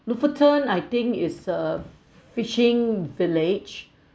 lofoten I think is a fishing village